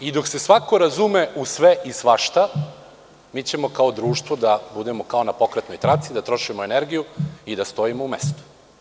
I dok se svako razume u sve i svašta, mi ćemo kao društvo da budemo kao na pokretnoj traci, da trošimo energiju i da stojimo u mestu.